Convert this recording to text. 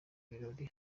birori